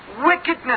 wickedness